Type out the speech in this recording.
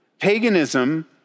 Paganism